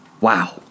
Wow